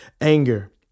anger